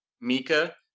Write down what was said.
Mika